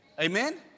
Amen